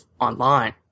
Online